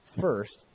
first